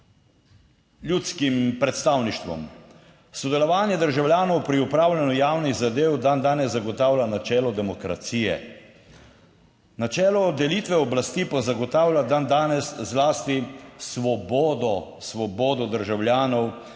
ljudskim predstavništvom. Sodelovanje državljanov pri upravljanju javnih zadev dandanes zagotavlja načelo demokracije. Načelo delitve oblasti pa zagotavlja dandanes zlasti svobodo, svobodo državljanov